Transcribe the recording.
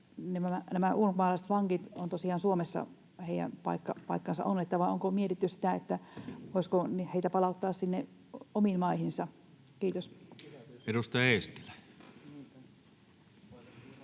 nämä ulkomaalaiset vangit ovat tosiaan Suomessa, että heidän paikkansa on täällä, vai onko mietitty sitä, voisiko heitä palauttaa sinne omiin maihinsa? — Kiitos.